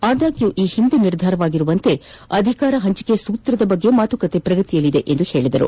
ಆದಾಗ್ಯೂ ಈ ಹಿಂದೆ ನಿರ್ಧಾರವಾದಂತೆ ಅಧಿಕಾರ ಹಂಚಿಕೆ ಸೂತ್ರದ ಬಗ್ಗೆ ಮಾತುಕತೆ ಪ್ರಗತಿಯಲ್ಲಿದೆ ಎಂದು ಹೇಳಿದರು